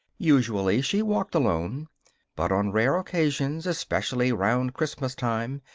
usually she walked alone but on rare occasions, especially round christmastime,